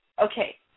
Okay